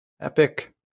Epic